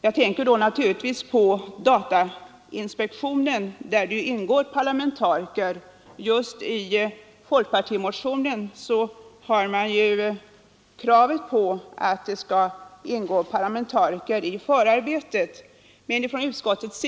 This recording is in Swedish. Jag tänker naturligtvis på tillkomsten av datainspektionen, där det ingår parlamentariker. I folkpartimotionen har man ju krävt att parlamentariker skall vara med i förarbetet för folkoch bostadsräkningen.